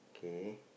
K